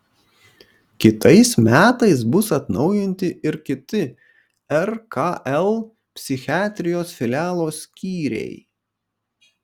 kitais metais bus atnaujinti ir kiti rkl psichiatrijos filialo skyriai